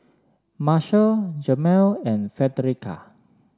Marshal Jemal and Frederica